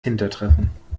hintertreffen